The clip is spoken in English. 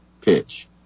pitch